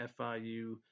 FIU